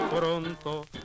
pronto